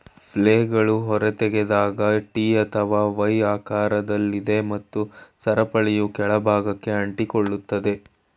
ಫ್ಲೇಲ್ಗಳು ಹೊರತೆಗೆದಾಗ ಟಿ ಅಥವಾ ವೈ ಆಕಾರದಲ್ಲಿದೆ ಮತ್ತು ಸರಪಳಿಯು ಕೆಳ ಭಾಗಕ್ಕೆ ಅಂಟಿಕೊಳ್ಳುತ್ತದೆ